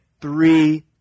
Three